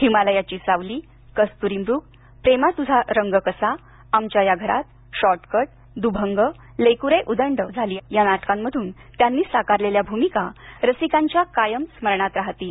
हिमालयाची सावली कस्तुरी मृग प्रेमा तुझा रंग कसा आमच्या या घरात शॉर्टकट दुभंग लेकुरे उदंड या नाटकांमधून त्यांनी साकारलेल्या भूमिका रसिकांच्या कायम स्मरणात राहतील